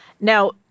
Now